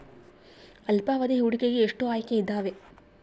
ಅಲ್ಪಾವಧಿ ಹೂಡಿಕೆಗೆ ಎಷ್ಟು ಆಯ್ಕೆ ಇದಾವೇ?